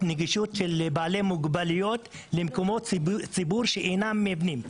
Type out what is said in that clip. נגישות של בעלי מוגבלויות למקומות ציבור שאינם מבנים,